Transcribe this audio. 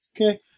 Okay